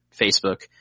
Facebook